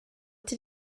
did